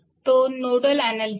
तो nodal analysis आहे